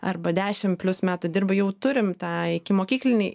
arba dešim plius metų dirba jau turim tą ikimokyklinį